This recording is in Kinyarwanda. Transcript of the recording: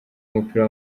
w’umupira